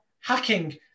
hacking